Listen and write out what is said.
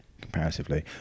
comparatively